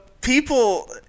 people